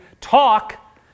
talk